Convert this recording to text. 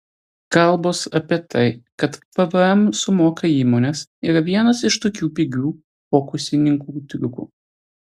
kalbos apie tai kad pvm sumoka įmonės yra vienas iš tokių pigių fokusininkų triukų